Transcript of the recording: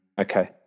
Okay